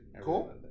Cool